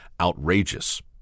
outrageous